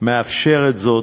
מאפשרת זאת,